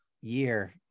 year